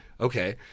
okay